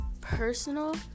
personal